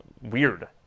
weird